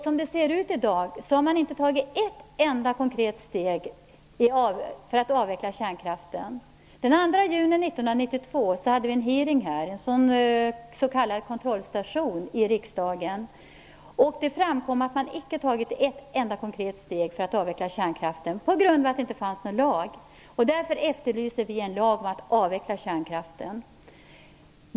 Som det ser ut i dag har man inte tagit ett enda konkret steg för att avveckla kärnkraften. Den 2 juni 1992 hade vi en hearing, en s.k. kontrollstation, i riksdagen. Då framkom att man inte hade tagit ett enda konkret steg för att avveckla kärnkraften, på grund av att det inte fanns någon lag. Därför efterlyser vi en lag om att avveckla kärnkraften.